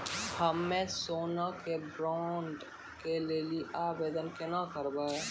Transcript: हम्मे सोना के बॉन्ड के लेली आवेदन केना करबै?